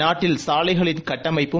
நாட்டில் சாலைகளின் கட்டமைப்பும்